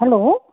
hello